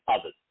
others